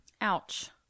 ouch